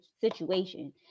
situation